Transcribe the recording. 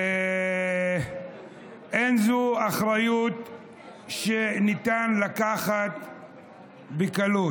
ואין זו אחריות שניתן לקחת בקלות.